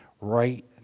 right